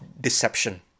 deception